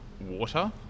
water